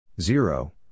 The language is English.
Zero